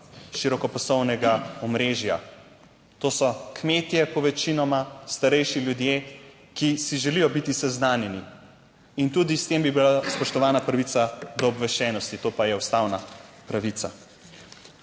širokopasovnega omrežja, to so kmetje po večinoma, starejši ljudje, ki si želijo biti seznanjeni in tudi s tem bi bila spoštovana pravica do obveščenosti, to pa je ustavna pravica.